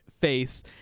face